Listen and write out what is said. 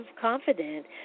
confident